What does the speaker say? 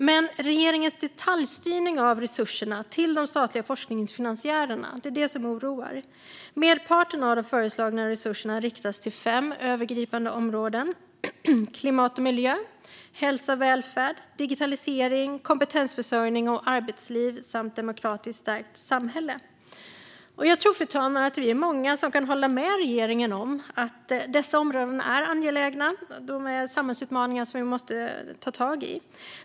Men regeringens detaljstyrning av resurserna till de statliga forskningsfinansiärerna oroar. Merparten av de föreslagna resurserna riktas till fem övergripande områden: klimat och miljö, hälsa och välfärd, digitalisering, kompetensförsörjning och arbetsliv samt demokratiskt stärkt samhälle. Jag tror, fru talman, att vi är många som kan hålla med regeringen om att dessa områden är angelägna. Det rör sig om samhällsutmaningar som vi måste ta tag i.